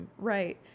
right